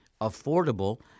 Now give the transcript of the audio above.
affordable